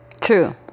True